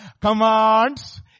Commands